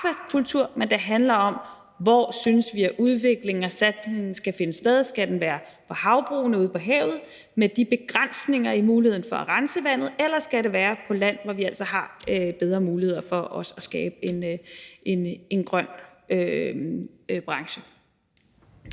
men om, hvor vi synes at udviklingen og satsningen skal finde sted, altså om det skal være på havbrugene ude på havet med de begrænsninger i muligheden for at rense vandet, eller om det skal være på land, hvor vi altså har bedre muligheder for at skabe en grøn branche.